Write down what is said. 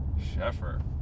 Sheffer